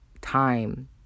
time